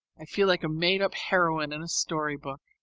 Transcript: i feel like a made-up heroine in a story-book.